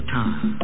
time